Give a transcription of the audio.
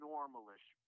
Normalish